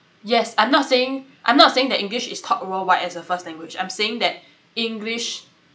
yes I'm not saying I'm not saying that english is taught worldwide as a first language I'm saying that english